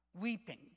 weeping